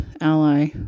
ally